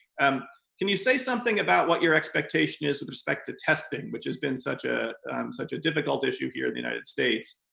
um can you say something about what your expectation is with respect to testing, which has been such ah such a difficult issue here in the united states?